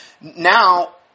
Now